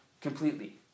completely